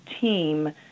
team